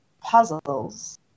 puzzles